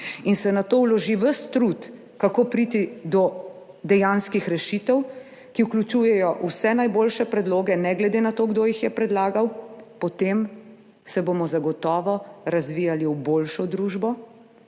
in se nato vloži ves trud, kako priti do dejanskih rešitev, ki vključujejo vse najboljše predloge, ne glede na to, kdo jih je predlagal, potem se bomo zagotovo razvijali v boljšo družbo,